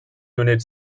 unit